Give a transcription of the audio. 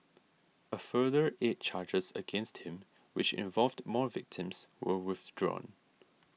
a further eight charges against him which involved more victims were withdrawn